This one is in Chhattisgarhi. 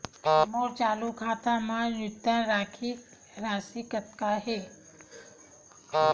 मोर चालू खाता मा न्यूनतम राशि कतना हे?